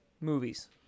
movies